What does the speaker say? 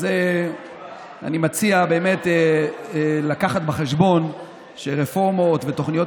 אז אני מציע באמת לקחת בחשבון שרפורמות ותוכניות